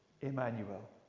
Emmanuel